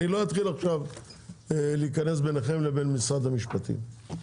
לא אתחיל עכשיו להיכנס ביניכם לבין משרד המשפטים.